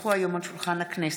כי הונחו היום על שולחן הכנסת,